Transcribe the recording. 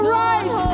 right